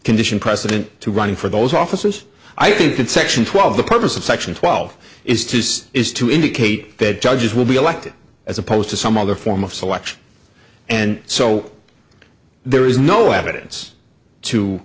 condition precedent to running for those offices i think in section twelve the purpose of section twelve is to use is to indicate that judges will be elected as opposed to some other form of selection and so there is no evidence